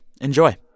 Enjoy